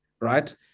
right